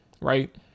Right